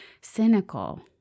cynical